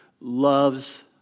loves